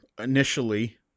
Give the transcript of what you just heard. initially